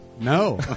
No